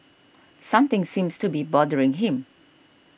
something seems to be bothering him